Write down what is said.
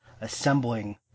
assembling